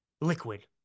liquid